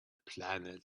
planet